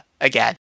again